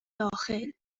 داخل